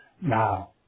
Now